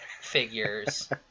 figures